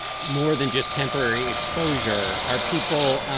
more than just temporary exposure. are people